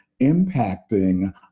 impacting